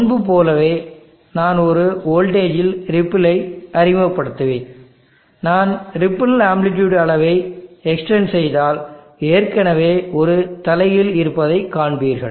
முன்பு போலவே நான் ஒரு வோல்டேஜ் இல் ரிப்பிள்ளை அறிமுகப்படுத்துவேன் நான் ரிப்பிள் ஆம்லிட்யூட் அளவை எக்ஸ்டெண்ட் செய்தால் ஏற்கனவே ஒரு தலைகீழ் இருப்பதைக் காண்பீர்கள்